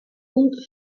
und